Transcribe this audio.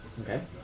Okay